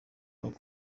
muri